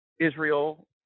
Israel